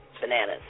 bananas